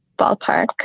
ballpark